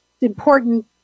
important